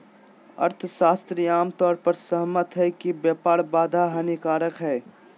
अर्थशास्त्री आम तौर पर सहमत हइ कि व्यापार बाधा हानिकारक हइ